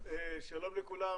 שלום לכולם.